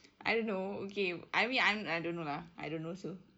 I don't know okay I me~ I'm I don't know lah I don't know also